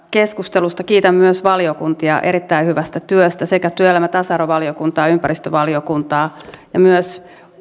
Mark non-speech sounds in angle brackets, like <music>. <unintelligible> keskustelusta kiitän myös valiokuntia erittäin hyvästä työstä sekä työelämä ja tasa arvovaliokuntaa ympäristövaliokuntaa että myös